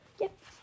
Yep